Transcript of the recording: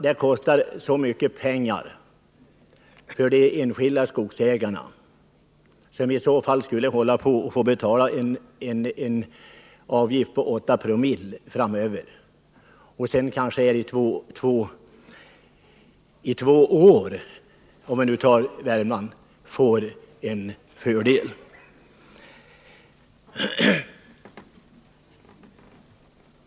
Det kostar så mycket Onsdagen den pengar för de enskilda skogsägarna, som skulle få betala en avgift på 8 76o 26 mars 1980 framöver och sedan kanske — om vi nu tar Värmland — i två år få en fördel.